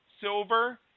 silver